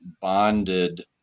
bonded